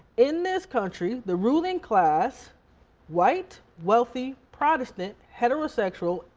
in this country, the ruling class white, wealthy, protestant, heterosexual,